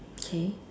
okay